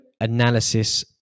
analysis